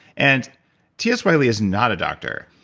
and ts wiley is not a doctor.